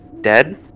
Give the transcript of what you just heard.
dead